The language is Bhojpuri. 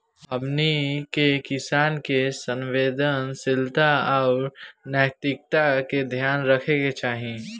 हमनी के किसान के संवेदनशीलता आउर नैतिकता के ध्यान रखे के चाही